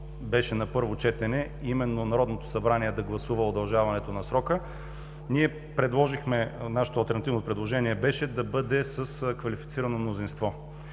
беше на първо четене – именно Народното събрание да гласува удължаването на срока, нашето алтернативно предложение беше да бъде с квалифицирано мнозинство.